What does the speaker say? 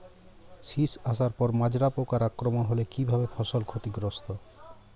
শীষ আসার পর মাজরা পোকার আক্রমণ হলে কী ভাবে ফসল ক্ষতিগ্রস্ত?